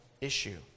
issue